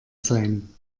sein